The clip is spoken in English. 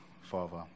Father